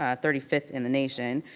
ah thirty fifth in the nation.